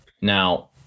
Now